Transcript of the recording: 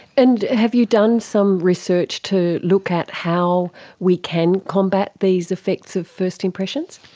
and have you done some research to look at how we can combat these effects of first impressions?